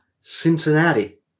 Cincinnati